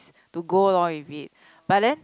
to go along with it but then